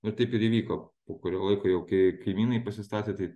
nu taip ir įvyko po kurio laiko jau kai kaimynai pasistatė tai